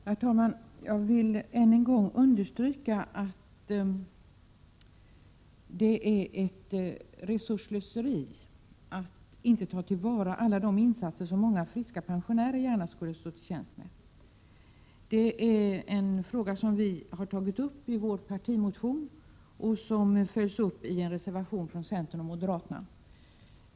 Herr talman! Jag vill än en gång understryka att det är ett resursslöseri att inte ta till vara alla de insatser som många friska pensionärer gärna skulle stå till tjänst med. Det är en fråga som vi har tagit upp i vår partimotion, och den följs upp i en reservation från centern och moderaterna.